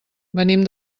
venim